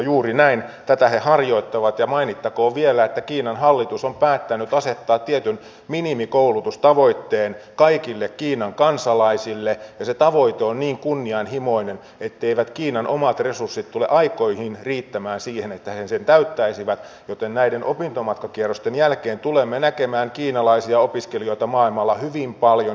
juuri näin tätä he harjoittavat ja mainittakoon vielä että kiinan hallitus on päättänyt asettaa tietyn minimikoulutustavoitteen kaikille kiinan kansalaisille ja se tavoite on niin kunnianhimoinen etteivät kiinan omat resurssit tule aikoihin riittämään siihen että he sen täyttäisivät joten näiden opintomatkakierrosten jälkeen tulemme näkemään kiinalaisia opiskelijoita maailmalla hyvin paljon